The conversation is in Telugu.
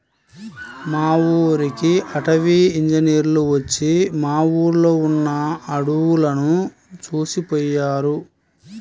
మా ఊరికి అటవీ ఇంజినీర్లు వచ్చి మా ఊర్లో ఉన్న అడువులను చూసిపొయ్యారు